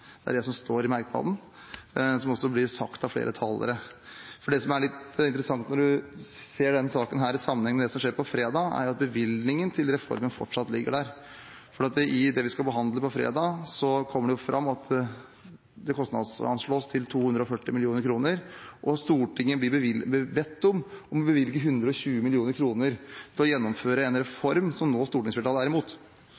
Det er det som står i merknaden, og som også blir sagt av flere talere. Det som er litt interessant når man ser denne saken i sammenheng med det som skjer på fredag, er jo at bevilgningen til reformen fortsatt ligger der. Når det gjelder det vi skal behandle på fredag, kommer det fram at det kostnadanslås til 240 mill. kr, og Stortinget blir bedt om å bevilge 120 mill. kr til å gjennomføre en reform som stortingsflertallet nå er imot.